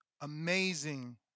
amazing